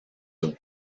eaux